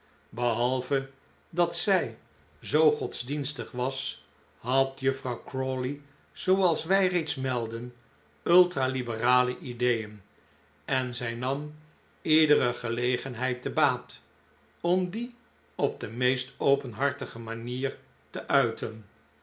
behalve dat zij zoo godsdienstig was had juffrouw crawley zooals wij reeds meldden ultraliberale ideeen en zij nam iedere gelegenheid te baat om die op de meest openhartige manier te uiten